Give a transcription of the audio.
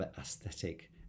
aesthetic